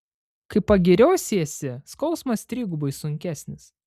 kai pagiriosiesi skausmas trigubai sunkesnis